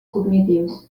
cognitius